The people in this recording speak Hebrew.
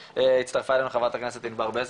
הצטרפה אלינו חברת הכנסת ענבר בזק,